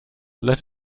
let